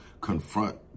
confront